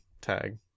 tag